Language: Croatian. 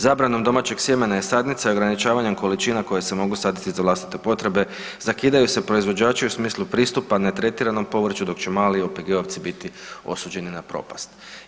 Zabranom domaćeg sjemena i sadnica i ograničavanjem količina koje se mogu saditi za vlastite potrebe, zakidaju se proizvođači u smislu pristupa netretiranom povrću, dok će mali OPG-ovci biti osuđeni na propast.